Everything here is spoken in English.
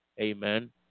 Amen